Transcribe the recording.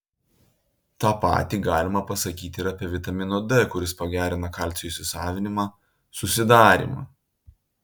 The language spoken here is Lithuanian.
tą patį galima pasakyti ir apie vitamino d kuris pagerina kalcio įsisavinimą susidarymą